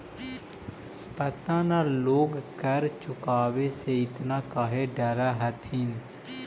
पता न लोग कर चुकावे से एतना काहे डरऽ हथिन